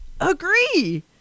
agree